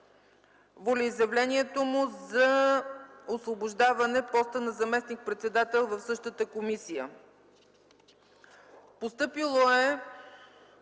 волеизявлението му за освобождаване от поста на заместник-председател в същата комисия.